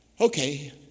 okay